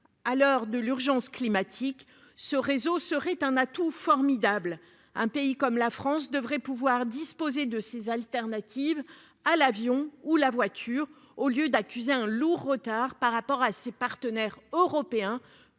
À l'heure de l'urgence climatique, ce réseau constituerait un atout formidable. Un pays comme la France devrait disposer de solutions de rechange à l'avion ou à la voiture, au lieu d'accuser un lourd retard par rapport à ses partenaires européens,